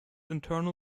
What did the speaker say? internal